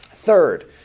Third